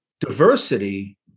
Diversity